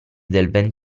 del